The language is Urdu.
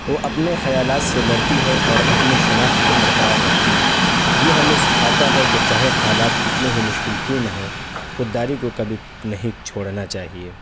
وہ اپنے خیالات سے لڑتی ہے اور اپنی شناخت کو برقرار رکھتی ہے یہ ہمیں سکھاتا ہے کہ چاہے حالات کتنے ہی مشکل کیوں نہ ہوں خود داری کو کبھی نہیں چھوڑنا چاہیے